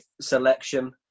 selection